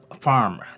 farm